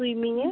সুইমিংয়ে